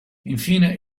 infine